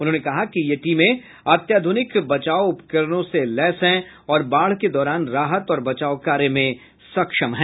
उन्होंने कहा कि ये टीमें अत्याधुनिक बचाव उपकरणों से लैस हैं और बाढ़ के दौरान राहत और बचाव कार्य में सक्षम हैं